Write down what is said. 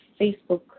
Facebook